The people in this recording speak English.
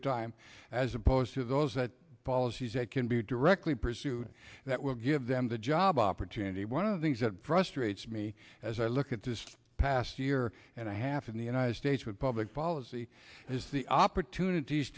of time as opposed to those that policies that can be directly pursued that will give them the job opportunity one of the things that frustrates me as i look at the past year and a half in the united states with public policy is the opportunities